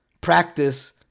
practice